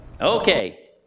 Okay